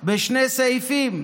בשני סעיפים.